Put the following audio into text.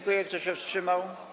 Kto się wstrzymał?